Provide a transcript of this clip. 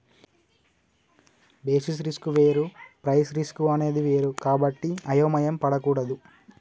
basis risk వేరు price risk అనేది వేరు కాబట్టి అయోమయం పడకూడదు